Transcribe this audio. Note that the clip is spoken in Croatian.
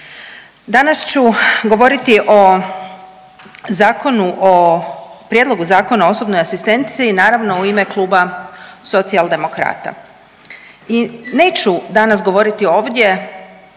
Danas ću govoriti o Zakonu o, prijedlogu Zakona o osobnoj asistenciji naravno u ime Kluba Socijaldemokrata i neću danas govoriti ovdje